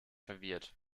verwirrt